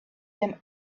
them